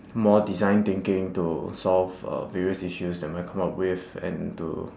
more design thinking to solve uh various issues that might come up with and to